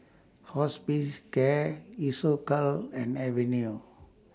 Hospicare Isocal and Avene